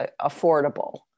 affordable